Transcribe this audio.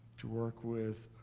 to work with